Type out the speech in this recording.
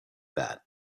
that